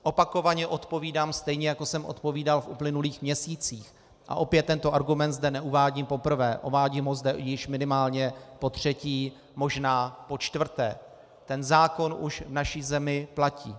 Opakovaně odpovídám, stejně jako jsem odpovídal v uplynulých měsících, a opět tento argument zde neuvádím poprvé, uvádím ho zde již minimálně potřetí, možná počtvrté ten zákon už v naší zemi platí.